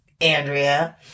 Andrea